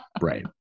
Right